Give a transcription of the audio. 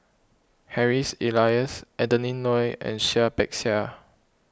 Harry Elias Adeline Ooi and Seah Peck Seah